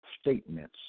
Statements